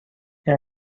این